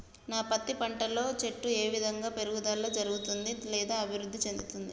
నా పత్తి పంట లో చెట్టు ఏ విధంగా పెరుగుదల జరుగుతుంది లేదా అభివృద్ధి చెందుతుంది?